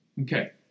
Okay